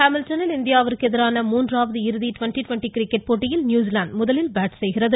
ஹேமில்டனில் இந்தியாவிற்கு எதிரான மூன்றாவது இறுதி ட்வெண்ட் ட்வெண்ட்டி கிரிக்கெட் போட்டியில் நியூசிலாந்து முதலில் பேட் செய்கிறது